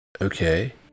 Okay